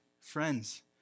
friends